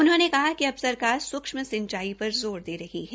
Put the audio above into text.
उन्होंने कहा कि अब सरकार सूक्षम सिंचाई पर ज़ोर दे रही है